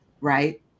right